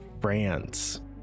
France